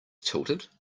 tilted